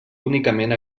únicament